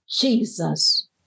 Jesus